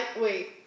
Wait